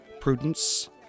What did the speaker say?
prudence